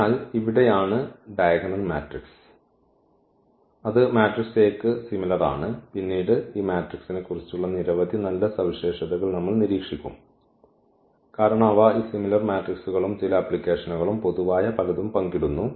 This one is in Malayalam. അതിനാൽ ഇവിടെയാണ് ഡയഗ്രണൽ മാട്രിക്സ് അത് മാട്രിക്സ് A യ്ക്ക് സിമിലർ ആണ് പിന്നീട് ഈ മാട്രിക്സിനെ കുറിച്ചുള്ള നിരവധി നല്ല സവിശേഷതകൾ നമ്മൾ നിരീക്ഷിക്കും കാരണം അവ ഈ സിമിലർ മാട്രിക്സുകളും ചില ആപ്ലിക്കേഷനുകളും പൊതുവായ പലതും പങ്കിടുന്നു